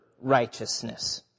righteousness